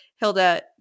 hilda